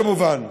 כמובן,